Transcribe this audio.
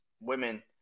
women